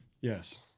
Yes